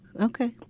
okay